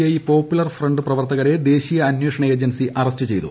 I Popular Front പ്രവർത്തകരെ ദേശീയ അന്വേഷണ ഏജൻസി ആറസ്റ്റ് ചെയ്തു